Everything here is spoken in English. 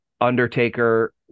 undertaker